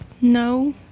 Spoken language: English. No